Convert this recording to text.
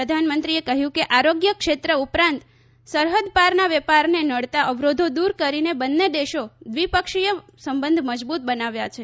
પ્રધાનમંત્રીએ કહ્યું કે આરોગ્ય ક્ષેત્ર ઉપરાંત સરહદ પારના વેપારને નડતા અવરોધો દૂર કરીને બંને દેશોએ દ્વિપક્ષીય સંબંધ મજબૂત બનાવ્યા છે